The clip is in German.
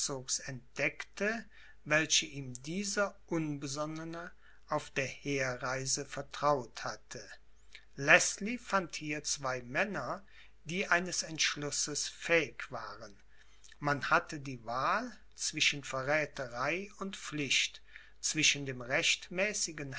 entdeckte welche ihm dieser unbesonnene auf der herreise vertraut hatte leßlie fand hier zwei männer die eines entschlusses fähig waren man hatte die wahl zwischen verrätherei und pflicht zwischen dem